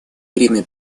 время